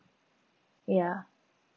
ya